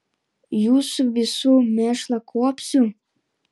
jūsų visų mėšlą kuopsiu